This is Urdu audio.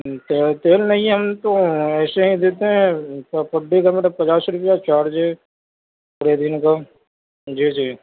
تو تیل نہیں ہے ہم تو ایسے ہی دیتے ہیں پر پر ڈے کا ہمارا پچاس روپے چارج ہے پورے دن کا جی جی